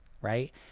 right